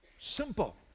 Simple